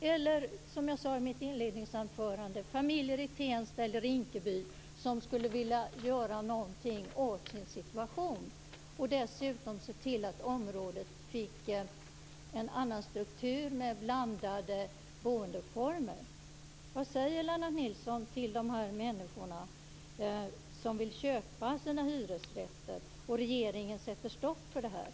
Eller som jag frågade i mitt inledningsanförande: Rinkeby som skulle vilja göra någonting åt sin situation och se till att området fick en annan struktur med blandade boendeformer? Vad säger Lennart Nilsson till de människor som vill köpa sina hyresrätter och regeringen sätter stopp för detta?